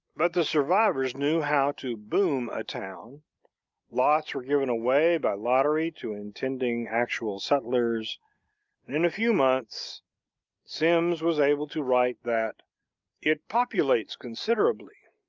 but the survivors knew how to boom a town lots were given away by lottery to intending actual settlers and in a few months symmes was able to write that it populates considerably.